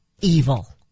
evil